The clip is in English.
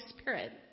Spirit